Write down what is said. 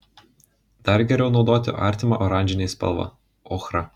dar geriau naudoti artimą oranžinei spalvą ochrą